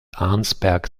arnsberg